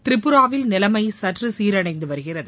திரிபுராவில் நிலைமை சற்று சீரடைந்து வருகிறது